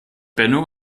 benno